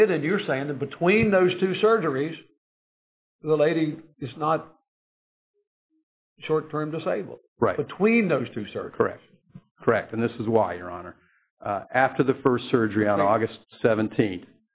they did and you're saying that between those two surgeries the lady is not short term disabled right between those two sir correct correct and this is why your honor after the first surgery on august seventeen